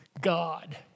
God